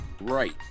Right